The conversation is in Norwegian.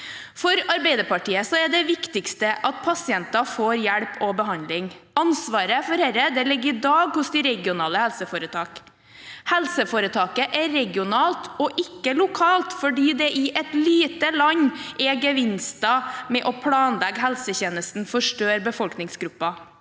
For Arbeiderpartiet er det viktigste at pasientene får hjelp og behandling. Ansvaret for dette ligger i dag hos de regionale helseforetakene. Helseforetakene er regionale og ikke lokale, fordi det i et lite land er gevinster ved å planlegge helsetjenesten for større befolkningsgrupper.